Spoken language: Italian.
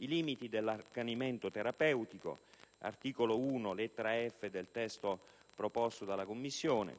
i limiti dell'accanimento terapeutico (articolo 1, lettera *f)* del testo proposto dalla Commissione)